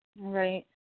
Right